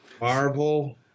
Marvel